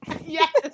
Yes